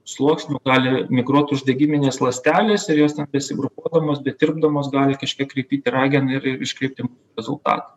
sluoksnių gali migruot uždegiminės ląstelės ir jos ten besigrupuodamos betirpdamos gali kažkiek kraipyti rageną ir iškreipti rezultatą